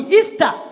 Easter